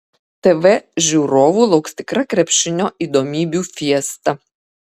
tv žiūrovų lauks tikra krepšinio įdomybių fiesta